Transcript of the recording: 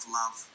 love